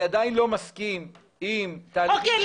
עדיין לא מסכים עם תהליכים ש --- אוקיי,